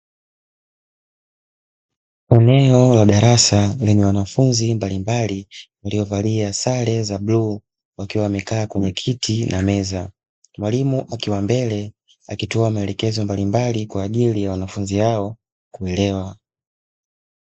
Eneo la darasa lenye wanafunzi mbalimbali waliovalia sare za bluu wakiwa wamekaa kwenye kiti na meza, mwalimu akiwa mbele akitoa maelekezo mbalimbali kwa ajili ya wanafunzi hao kuelewa.